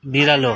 बिरालो